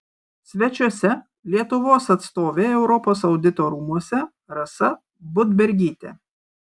svečiuose lietuvos atstovė europos audito rūmuose rasa budbergytė